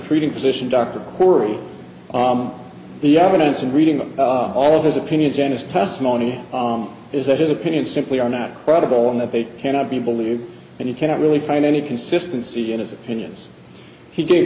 treating physician dr corey the evidence and reading them all of his opinion janice testimony is that his opinion simply are not credible and that they cannot be believed and you cannot really find any consistency in his opinions he gave